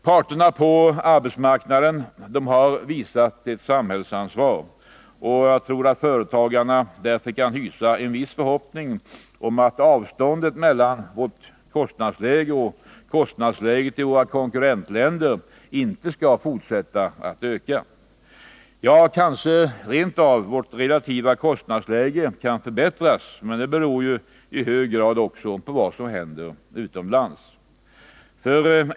Parterna på arbetsmarknaden har visat samhällsansvar, och jag tror att företagarna därför kan hysa en viss förhoppning om att avståndet mellan vårt kostnadsläge och kostnadsläget i våra konkurrentländer inte skall fortsätta att öka. Kanske rentav vårt relativa kostnadsläge kan förbättras, men det beror ju i hög grad på vad som händer utomlands.